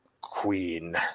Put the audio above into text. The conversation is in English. queen